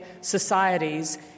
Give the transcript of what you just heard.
societies